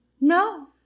No